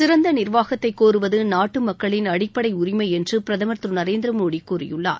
சிறந்த நிர்வாகத்தை கோருவது நாட்டு மக்களின் அடிப்படை உரிமை என்று பிரதமர் திரு நரேந்திரமோடி கூறியுள்ளார்